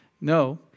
No